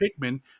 Pikmin